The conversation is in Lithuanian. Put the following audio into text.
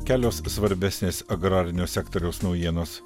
kelios svarbesnės agrarinio sektoriaus naujienos